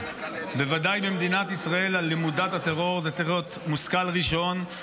בוודאי במדינת ישראל למודת הטרור זה צריך להיות מושכל ראשון.